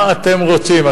מה אתם רוצים,